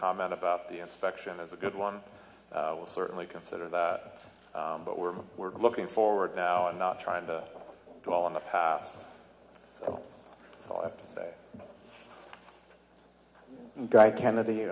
comment about the inspection is a good one will certainly consider that but we're we're looking forward now and not trying to do all in the past so i'll have to stay guy kennedy